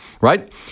right